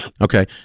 Okay